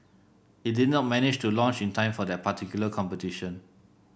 it did not manage to launch in time for that particular competition